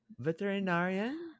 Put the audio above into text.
Veterinarian